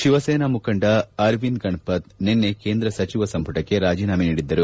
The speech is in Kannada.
ಶಿವಸೇನಾ ಮುಖಂಡ ಅರವಿಂದ್ ಗಣಪತ್ ನಿನ್ನೆ ಕೇಂದ್ರ ಸಚಿವ ಸಂಪುಟಕ್ಕೆ ರಾಜೀನಾಮೆ ನೀಡಿದ್ದರು